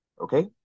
Okay